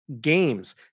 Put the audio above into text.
games